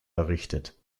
errichtet